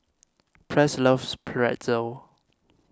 Press loves Pretzel